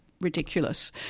ridiculous